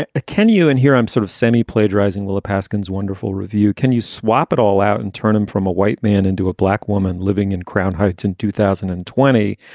and ah ken, you and here i'm sort of semi plagiarizing. willa paskin is wonderful review. can you swap it all out and turn him from a white man into a black woman living in crown heights in two thousand and twenty?